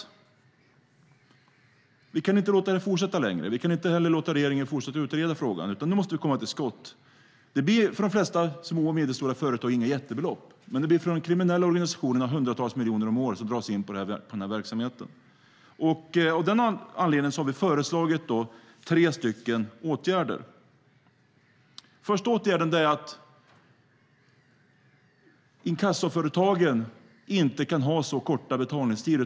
Vi kan inte låta det fortsätta längre. Vi kan inte heller låta regeringen fortsätta utreda frågan. Nu måste vi komma till skott. Det blir för de flesta små och medelstora företag inga jättebelopp, men det blir för de kriminella organisationerna hundratals miljoner om året som dras in på den här verksamheten. Av den anledningen har vi föreslagit tre åtgärder. Den första åtgärden är att inkassoföretagen inte kan ha så korta betalningstider.